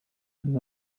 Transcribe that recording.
and